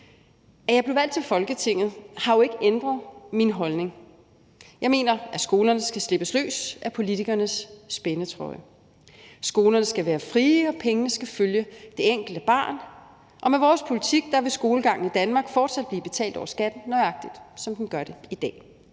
at jeg blev valgt til Folketinget, har jo ikke ændret min holdning. Jeg mener, at skolerne skal slippes løs af politikernes spændetrøje. Skolerne skal være frie, og pengene skal følge det enkelte barn. Og med vores politik vil skolegangen i Danmark fortsat blive betalt over skatten, nøjagtig som den gør det i dag;